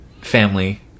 family